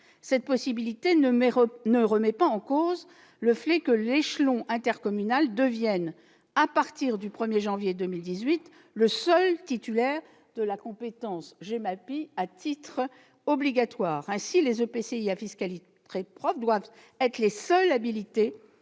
permise, mais cela ne remet pas en cause le fait que l'échelon intercommunal devienne, à partir du 1 janvier 2018, le seul titulaire de la compétence à titre obligatoire. Ainsi les EPCI à fiscalité propre doivent être les seuls habilités